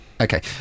Okay